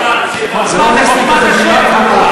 אם אתם תפתרו במיסטיקה את הבעיות של ישראל לא תגמרו לעולם.